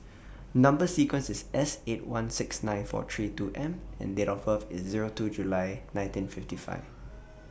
Number sequence IS S eight one six nine four three two M and Date of birth IS Zero two July nineteen fifty five